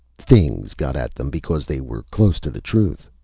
things got at them because they were close to the truth.